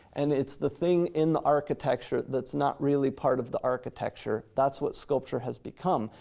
and it's the thing in the architecture that's not really part of the architecture. that's what sculpture has become.